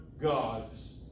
gods